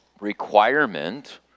requirement